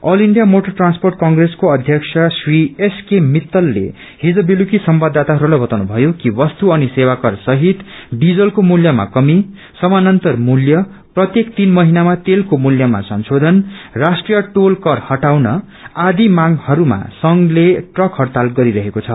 all India motor transport कंप्रेसको अध्यक्ष Shri SK भित्तले हिज बेलुकी संवाददाताहरूलाई बताउनु भयो कि वस्तु अनि सेवा कर सहित डिजलको मूल्यमा कमी समानन्तर मूल्य प्रत्येक तीन महिनामा तेलको मूल्यमा संशोधन राष्ट्रीय टोल कर हटाउन आदि मागहरूमा संघले ट्रक हइताल गरिरहेको छ